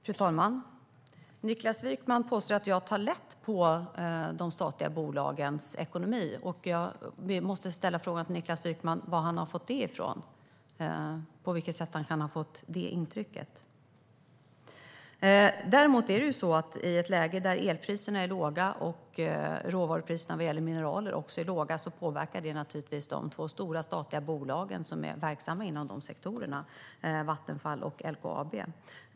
Fru talman! Niklas Wykman påstår att jag tar lätt på de statliga bolagens ekonomi. Jag måste fråga Niklas Wykman var har han fått det ifrån och på vilket sätt han har fått det intrycket. I ett läge där elpriserna och råvarupriserna, också vad gäller mineraler, är låga påverkas däremot de två stora statliga bolag som är verksamma inom dessa sektorer: Vattenfall och LKAB.